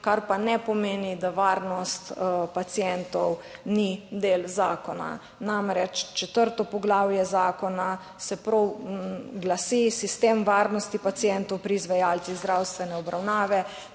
kar pa ne pomeni, da varnost pacientov ni del zakona. Namreč, četrto poglavje zakona se prav glasi: Sistem varnosti pacientov pri izvajalcih zdravstvene obravnave,